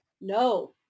No